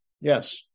Yes